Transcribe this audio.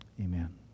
Amen